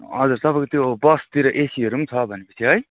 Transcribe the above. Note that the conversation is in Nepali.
हजुर तपाईँको त्यो बसतिर एसीहरू पनि छ भनेपछि है